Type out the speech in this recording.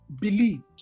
believed